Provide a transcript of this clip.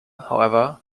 however